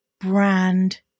brand